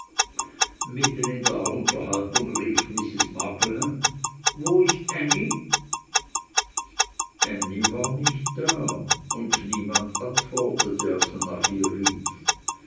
mitten in der unterhaltung rief mrs markleham wo ist ännie ännie war nicht da und niemand antwortete als man nach ihr rief